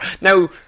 Now